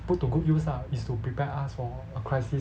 put to good use ah is to prepare us for a crisis